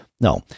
no